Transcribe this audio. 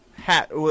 hat